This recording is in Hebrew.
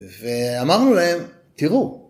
ואמרנו להם, תראו.